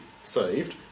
saved